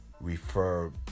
refer